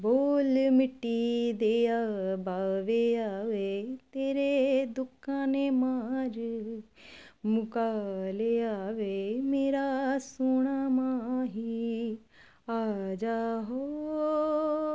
ਬੋਲ ਮਿੱਟੀ ਦਿਆ ਪਾਵੇ ਆਵੇ ਤੇਰੇ ਦੁੱਖਾਂ ਨੇ ਮਾਰ ਮੁਕਾ ਲਿਆ ਵੇ ਮੇਰਾ ਸੋਹਣਾ ਮਾਹੀ ਆਜਾ ਹੋ